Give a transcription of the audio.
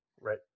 Right